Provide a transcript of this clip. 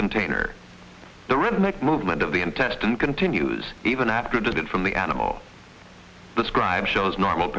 container the redneck movement of the intestine continues even after distant from the animal the scribe shows normal